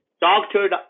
doctor